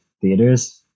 theaters